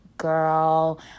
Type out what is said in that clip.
girl